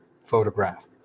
photograph